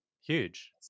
Huge